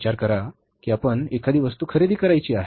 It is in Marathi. विचार करा कि आपणास एखादी वस्तू खरेदी करायची आहे